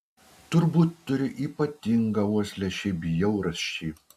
turbūt turi ypatingą uoslę šiai bjaurasčiai